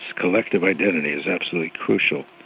collective identity is absolutely crucial.